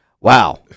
Wow